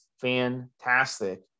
fantastic